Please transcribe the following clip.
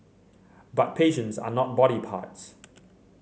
but patients are not body parts